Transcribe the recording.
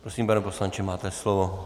Prosím, pane poslanče, máte slovo.